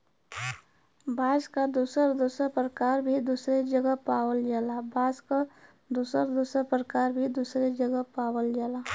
बांस क दुसर दुसर परकार भी दुसरे जगह पावल जाला